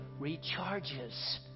recharges